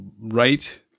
right